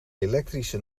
elektrische